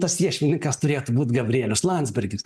tas iešmininkas turėtų būt gabrielius landsbergis